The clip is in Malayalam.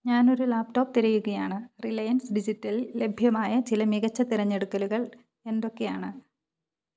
ഞാനൊരു ലാപ്ടോപ്പ് തെരയുകയാണ് റിലയൻസ് ഡിജിറ്റലില് ലഭ്യമായ ചില മികച്ച തെരഞ്ഞെടുക്കലുകൾ എന്തൊക്കെയാണ്